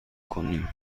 کنیم